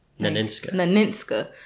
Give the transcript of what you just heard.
Naninska